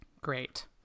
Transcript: Great